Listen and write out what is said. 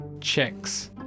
Checks